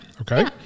okay